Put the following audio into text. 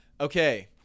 Okay